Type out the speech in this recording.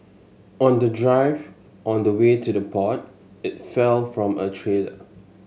on the drive on the way to the port it fell from a trailer